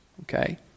okay